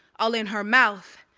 all in her mouth,